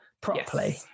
properly